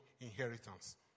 inheritance